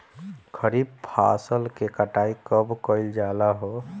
खरिफ फासल के कटाई कब कइल जाला हो?